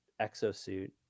exosuit